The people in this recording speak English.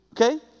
Okay